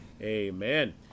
Amen